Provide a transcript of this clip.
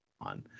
on